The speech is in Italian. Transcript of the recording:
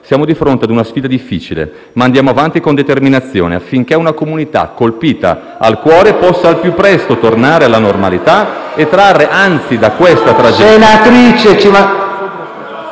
Siamo di fronte ad una sfida difficile, ma andiamo avanti con determinazione affinché una comunità colpita al cuore possa al più presto tornare alla normalità e trarre, anzi, da questa tragedia...*(Commenti della